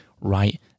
right